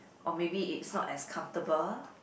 or maybe it's not as comfortable